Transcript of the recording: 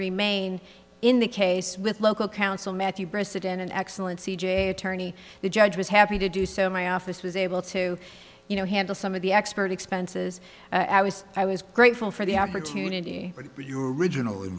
remain in the case with local counsel matthew brissenden an excellent c j attorney the judge was happy to do so my office was able to you know handle some of the expert expenses i was i was grateful for the opportunity for your original